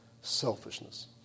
selfishness